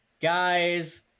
Guys